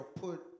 put